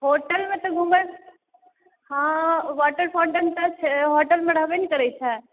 hotel मे तऽ घुमल हॅं वाटर फाउन्टेन तऽ छै होटल मे रहबे ने करै छै